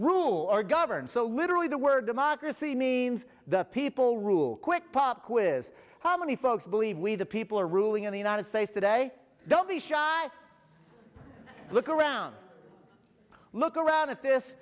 rule or govern so literally the word democracy means the people rule quick pop quiz how many folks believe we the people are ruling in the united states today don't be shy look around i look around at this